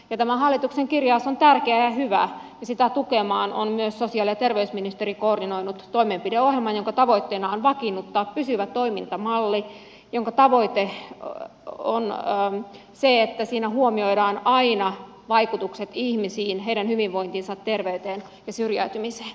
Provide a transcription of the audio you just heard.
tämä hallituksen kirjaus on tärkeä ja hyvä ja sitä tukemaan on myös sosiaali ja terveysministeri koordinoinut toimenpideohjelman jonka tavoitteena on vakiinnuttaa pysyvä toimintamalli jonka tavoite on se että siinä huomioidaan aina vaikutukset ihmisiin heidän hyvinvointiinsa terveyteen ja syrjäytymiseen